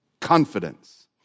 Confidence